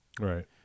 Right